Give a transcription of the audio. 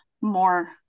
more